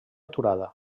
aturada